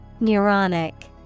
Neuronic